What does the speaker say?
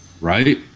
right